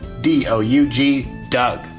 D-O-U-G-Doug